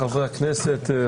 חברי הכנסת,